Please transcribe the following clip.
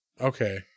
Okay